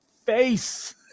face